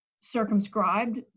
Circumscribed